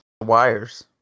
Wires